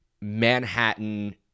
Manhattan